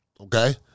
Okay